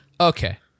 Okay